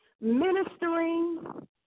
ministering